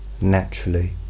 naturally